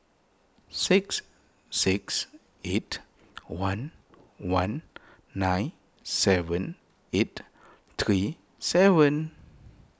six six eight one one nine seven eight three seven